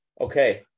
Okay